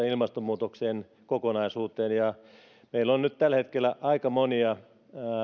ilmastonmuutoksen kokonaisuuteen ja meillä on nyt tällä hetkellä aika monia